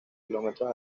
kilómetros